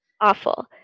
awful